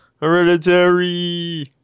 Hereditary